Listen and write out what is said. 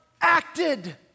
acted